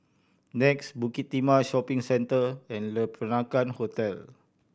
NEX Bukit Timah Shopping Centre and Le Peranakan Hotel